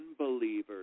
unbelievers